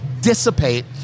dissipate